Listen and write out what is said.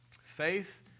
Faith